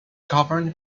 governed